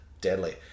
deadly